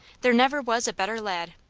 there never was a better lad,